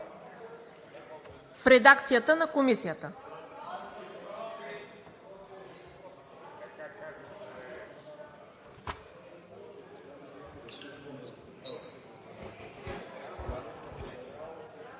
с редакцията на Комисията